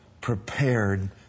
prepared